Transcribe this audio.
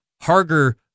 Harger